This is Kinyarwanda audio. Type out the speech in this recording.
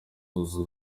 aza